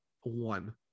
one